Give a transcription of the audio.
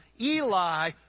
Eli